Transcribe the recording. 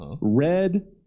red